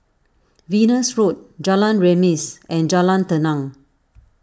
Venus Road Jalan Remis and Jalan Tenang